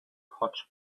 hotch